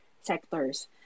sectors